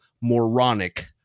moronic